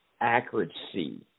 accuracy